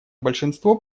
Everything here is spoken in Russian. большинство